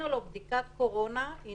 אני